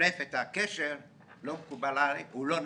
לנפנף את הקשר לא מקובל עליי והוא לא נכון.